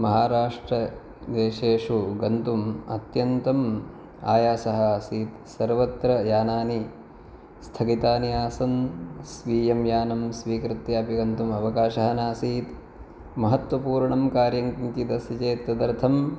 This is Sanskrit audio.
महाराष्ट्रदेशेषु गन्तुम् अत्यन्तम् आयासः आसीत् सर्वत्र यानानि स्थगितानि आसन् स्वीयं यानं स्वीकृत्य अपि गन्तुम् अवकाशः नासीत् महत्त्वपूर्णं कार्यं किञ्चित् अस्ति चेत् तदर्थं